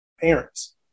parents